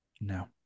No